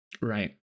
Right